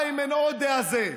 איימן עודה הזה,